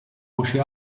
voce